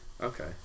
Okay